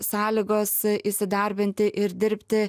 sąlygos įsidarbinti ir dirbti